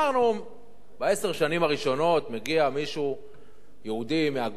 בעשר השנים הראשונות מגיע מישהו יהודי מהגולה לישראל,